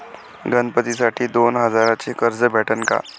गणपतीसाठी दोन हजाराचे कर्ज भेटन का?